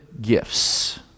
gifts